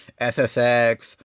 SSX